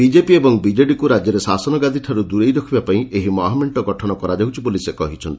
BJP ଏବଂ ବିଜେଡ଼ିକୁ ରାଜ୍ୟରେ ଶାସନଗାଦିଠାରୁ ଦୂରେଇ ରଖିବା ପାଇଁ ଏହି ମହାମେଙ୍କ ଗଠନ କରାଯାଉଛି ବୋଲି ସେ କହିଛନ୍ତି